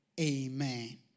Amen